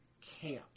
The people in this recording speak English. camp